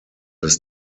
des